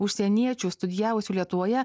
užsieniečių studijavusių lietuvoje